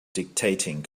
dictating